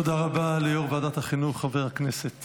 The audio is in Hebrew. תודה רבה ליו"ר ועדת החינוך, חבר הכנסת